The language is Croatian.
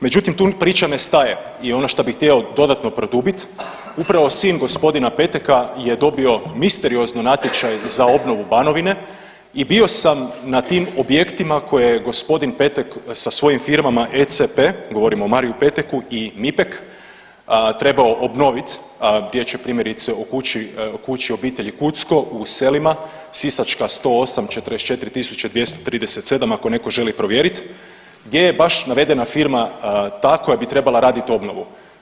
Međutim, tu priča ne staje i ono šta bi htio dodatno produbiti, upravo sin g. Peteka je dobio misteriozno natječaj za obnovu Banovine i bio sam na tim objektima koje je g. Petek sa svojim firmama ECP, govorim o Mariju Peteku i Mipek trebao obnoviti, gdje će primjerice, u kuću obitelji Kucko u Selima, Sisačka 108, 44 237, ako netko želi provjeriti, gdje je baš navedena firma ta koja bi trebala raditi obnovu.